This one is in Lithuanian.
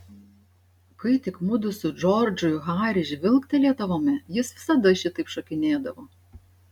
kai tik mudu su džordžu į harį žvilgtelėdavome jis visada šitaip šokinėdavo